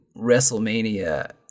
Wrestlemania